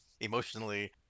emotionally